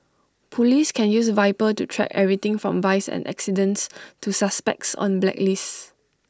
Police can use Viper to track everything from vice and accidents to suspects on blacklists